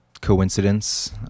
coincidence